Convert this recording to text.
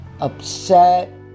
upset